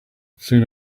soon